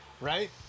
Right